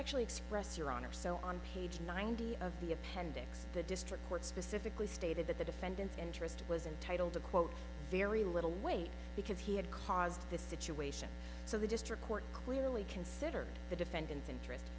actually express your honor so on page ninety of the appendix the district court specifically stated that the defendant interest was entitled to quote very little weight because he had caused this situation so the district court clearly considered the defendant interest